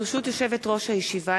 ברשות יושבת-ראש הישיבה,